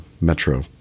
Metro